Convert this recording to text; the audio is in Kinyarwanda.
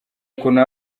ukuntu